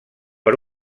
per